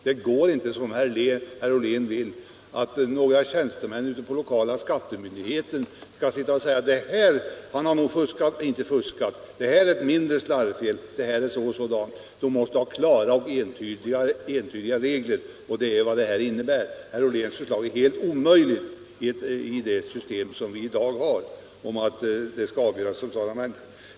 Det går inte att ha det så som herr Ollén vill, att några tjänstemän ute på de lokala skattemyndigheterna skall säga att den här nog har fuskat, resp. inte fuskat, eller att det här är ett mindre slarvfel, etc., utan det måste finnas klara och entydiga regler. Det är vad det här förslaget innebär, medan herr Olléns förslag om hur felen skall bedömas och avgöras är helt omöjligt i det system som vi i dag har.